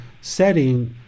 setting